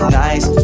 nice